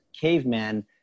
caveman